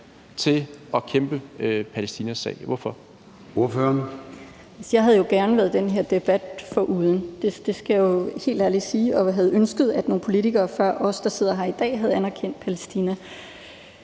til at kæmpe Palæstinas sag. Hvorfor?